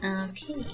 Okay